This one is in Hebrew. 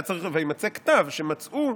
היה צריך: וימצא כתב שמצאו,